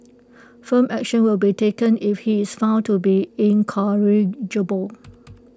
firm action will be taken if he is found to be incorrigible